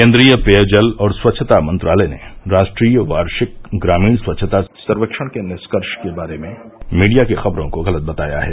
केंद्रीय पेयजल और स्वच्छता मंत्रालय ने राष्ट्रीय वार्षिक ग्रामीण स्वच्छता सर्वेक्षण के निष्कर्ष के बारे में मीडिया की खबरों को गलत बताया है